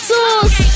Tools